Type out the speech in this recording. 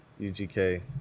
UGK